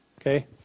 okay